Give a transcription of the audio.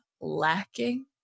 lacking